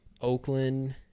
Oakland